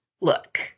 look